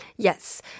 Yes